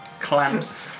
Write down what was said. clamps